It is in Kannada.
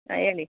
ಹಾಂ ಹೇಳಿ